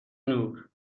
نور